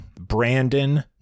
brandon